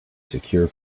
secure